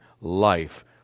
life